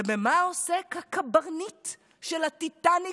ובמה עוסק הקברניט של הטיטניק,